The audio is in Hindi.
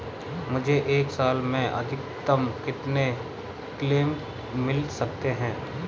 मुझे एक साल में अधिकतम कितने क्लेम मिल सकते हैं?